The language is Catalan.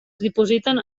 dipositen